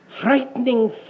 frightening